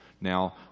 Now